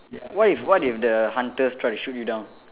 what if what if the hunters try to shoot you down